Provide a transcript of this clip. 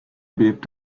bebt